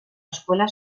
escuela